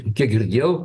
kiek girdėjau